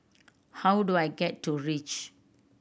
how do I get to Reach